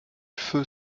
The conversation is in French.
feu